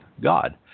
God